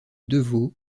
devaux